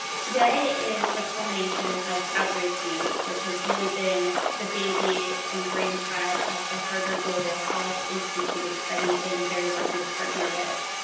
today is the culmination of outbreak week, which has really been the baby and brainchild of the harvard global health institute that we've been very lucky to partner with.